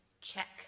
Check